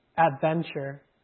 Adventure